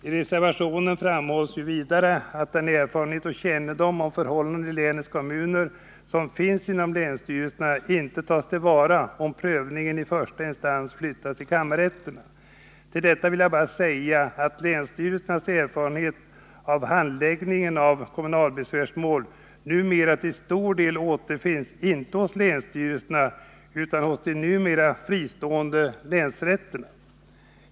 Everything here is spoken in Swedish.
I reservationen framhålls vidare att den erfarenhet och kännedom om förhållandena i länets kommuner som finns inom länsstyrelserna inte tas till vara, om prövningen i första instans flyttas till kammarrätterna. Till detta vill jag bara säga att länsstyrelsernas erfarenhet av handläggningen av kommunalbesvärsmål numera till stor del återfinns inte hos länsstyrelserna utan hos de numera fristående länsrätterna.